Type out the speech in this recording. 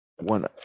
One